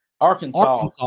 Arkansas